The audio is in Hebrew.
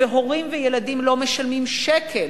והורים וילדים לא משלמים שקל,